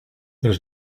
there